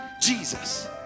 Jesus